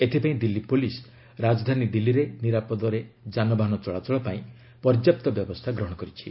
ଏଥିପାଇଁ ଦିଲ୍ଲୀ ପୋଲିସ୍ ରାଜଧାନୀ ଦିଲ୍କୀରେ ନିରାପଦରେ ଯାନବାହାନ ଚଳାଚଳ ପାଇଁ ପର୍ଯ୍ୟାପ୍ତ ବ୍ୟବସ୍ଥା ଗ୍ରହଣ କରିଛି